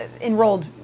enrolled